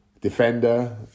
defender